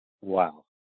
wow